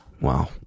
Wow